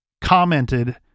commented